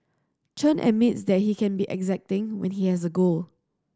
Chen admits that he can be exacting when he has a goal